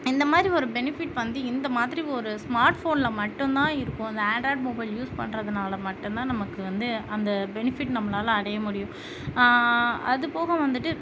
இந்த மாதிரி ஒரு பெனிஃபிட் வந்து இந்த மாதிரி ஒரு ஸ்மார்ட் ஃபோனில் மட்டும் தான் இருக்கும் அந்த ஆண்ட்ராய்ட் மொபைல் யூஸ் பண்றதுனால மட்டும் தான் நமக்கு வந்து அந்த பெனிஃபிட் நம்மளால அடைய முடியும் அது போக வந்துட்டு